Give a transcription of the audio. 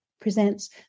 Presents